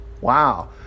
Wow